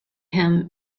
him